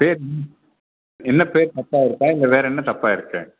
பேர் என்ன பேர் தப்பாக இருக்கா இல்லை வேறு என்ன தப்பாக இருக்கு